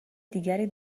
دیگری